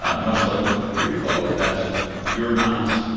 um much like with the reflow, that you're not